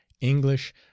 english